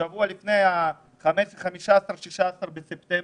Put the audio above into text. שבוע לפני ה-15-16 בספטמבר,